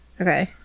Okay